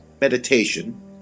meditation